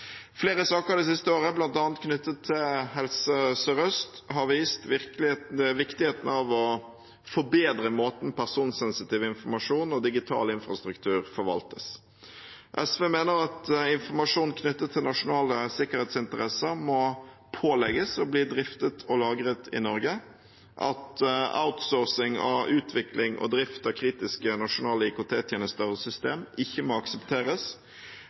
Flere saker det siste året, bl.a. knyttet til Helse Sør-Øst, har vist viktigheten av å forbedre måten personsensitiv informasjon og digital infrastruktur forvaltes på. SV mener at informasjon knyttet til nasjonale sikkerhetsinteresser må pålegges å bli driftet og lagret i Norge, at outsourcing av utvikling og drift av kritiske nasjonale IKT-tjenester og system ikke må aksepteres,